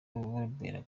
bubera